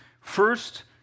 first